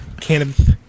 cannabis